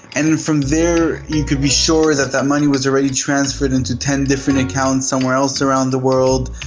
and from there you can be sure that that money was already transferred into ten different accounts somewhere else around the world.